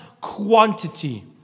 quantity